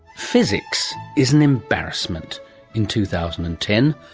physics is an embarrassment in two thousand and ten,